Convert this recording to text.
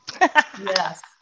Yes